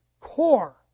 core